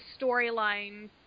storyline